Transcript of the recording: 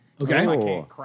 Okay